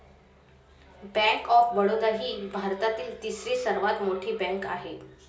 bank of Baroda ही भारतातील तिसरी सर्वात मोठी बँक आहे